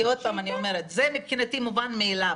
כי זה מבחינתי מובן מאליו.